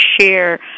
share